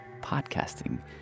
podcasting